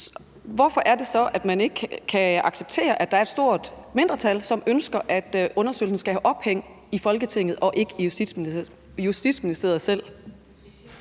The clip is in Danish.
hvorfor er det så, at man ikke kan acceptere, at der er et stort mindretal, som ønsker, at undersøgelsen skal have ophæng i Folketinget og ikke i Justitsministeriet selv?